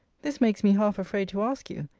this makes me half-afraid to ask you,